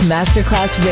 Masterclass